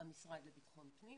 במשרד לבטחון פנים,